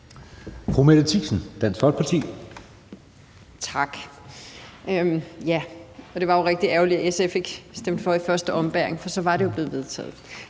Mette Thiesen (DF): Tak. Det var rigtig ærgerligt, at SF ikke stemte for i første ombæring, for så var det jo blevet vedtaget,